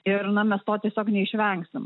ir na mes to tiesiog neišvengsim